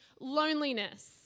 loneliness